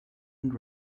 and